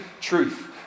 truth